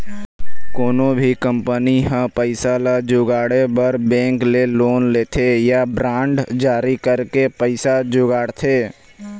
कोनो भी कंपनी ह पइसा ल जुगाड़े बर बेंक ले लोन लेथे या बांड जारी करके पइसा जुगाड़थे